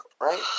Right